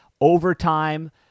overtime